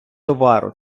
товару